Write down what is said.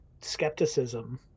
skepticism